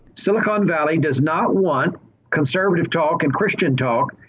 silicon valley does not want conservative talk and christian talk.